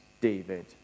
David